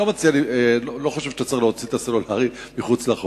אני לא חושב שאתה צריך להוציא את הסלולרי מחוץ לחוק,